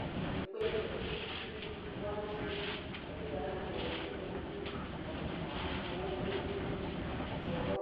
Likɨtɨ kpe itɨ wanti ɓoti ya na bǝyǝ dinǝ nagi andǝ fǝrǝ